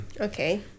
Okay